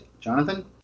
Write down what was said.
Jonathan